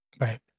Right